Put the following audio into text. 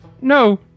No